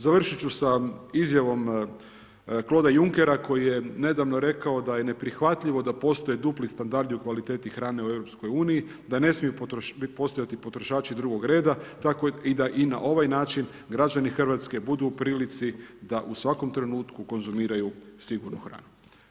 Završit ću sa izjavom Claude Junckera koji je nedavno rekao da je neprihvatljivo da postoji dupli standardi u kvaliteti hrane u EU-u, da ne smiju postojati potrošači drugog reda, tako da i na ovaj način građani Hrvatske budu u prilici da u svakom trenutku konzumiraju sigurnu hranu.